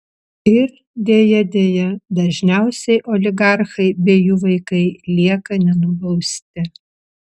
ir deja deja dažniausiai oligarchai bei jų vaikai lieka nenubausti